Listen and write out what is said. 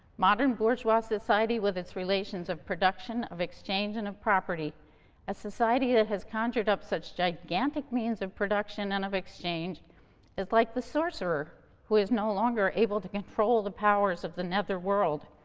modern bourgeois society, with its relations of production, of exchange and of property a society that has conjured up such gigantic means of production and of exchange is like the sorcerer who is no longer able to control the powers of the netherworld,